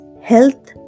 health